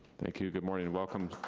thank you. good morning and welcome,